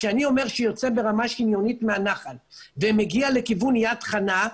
כשאני אומר שיוצא ברמה שניונית מהנחל ומגיע לכיוון יד חנה,